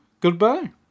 Goodbye